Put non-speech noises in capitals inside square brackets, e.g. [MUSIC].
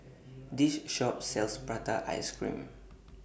[NOISE] This Shop sells Prata Ice Cream